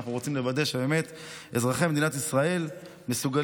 ואנחנו רוצים לוודא שבאמת אזרחי מדינת ישראל יכולים